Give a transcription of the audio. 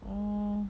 um